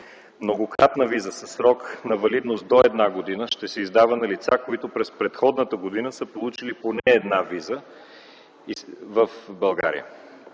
Многократна виза със срок на валидност до една година ще се издава на лица, които през предходната година са получили поне една виза в България.